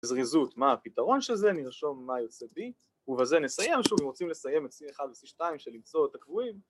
‫זריזות מה הפתרון של זה, ‫נרשום מה יוצא B. ‫ובזה נסיים שוב, אם רוצים לסיים ‫את C1 וC2 של למצוא את הקבועים.